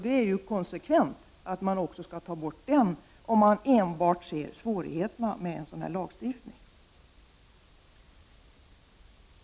Det är ju konsekvent, om man enbart ser till svårigheterna med en sådan lagstiftning.